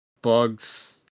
Bugs